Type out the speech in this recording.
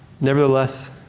Nevertheless